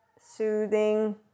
soothing